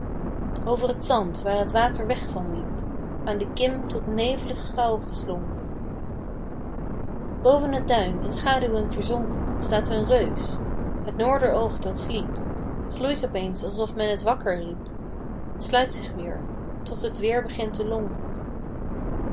over t zand waar t water weg van liep aan de kim tot neevelig grauw geslonken boven t duin in schaduwen verzonken staat een reus het noorder oog dat sliep gloeit opeens alsof men t wakker riep sluit zich weer tot t weer begint te lonken